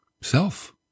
Self